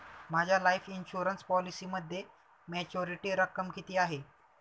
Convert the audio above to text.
माझ्या life insurance पॉलिसीमध्ये maturity रक्कम किती आहे?